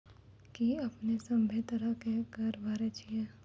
कि अपने सभ्भे तरहो के कर भरे छिये?